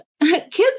Kids